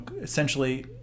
essentially